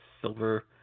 silver